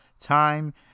time